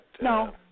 no